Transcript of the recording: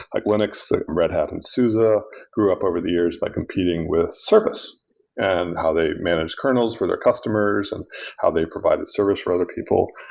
like linux, red hat, and so grew up over the years by competing with service and how they managed kernels for their customers and how they provided service for other people.